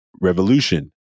Revolution